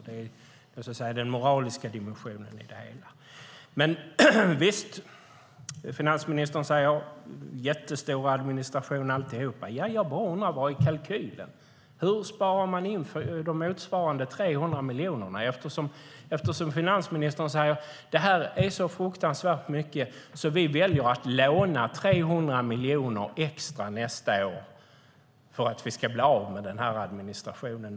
Det är den moraliska dimensionen i det hela. Finansministern säger att det blir jättestor administration. Jag bara undrar: Hur ser kalkylen ut? Hur sparar man in de motsvarande 300 miljonerna? Finansministern säger: Det här är så fruktansvärt mycket att vi väljer att låna 300 miljoner extra nästa år för att vi ska bli av med den här administrationen.